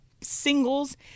Singles